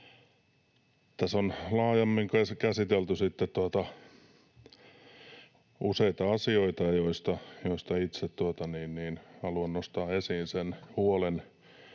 Tässä on laajemminkin käsitelty useita asioita, joista itse haluan nostaa esiin sen huolen,